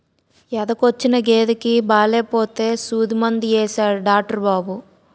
ఎదకొచ్చిన గేదెకి బాలేపోతే సూదిమందు యేసాడు డాట్రు బాబు